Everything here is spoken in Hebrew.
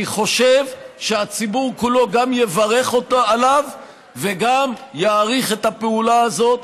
אני חושב שהציבור כולו גם יברך עליו וגם יעריך את הפעולה הזאת.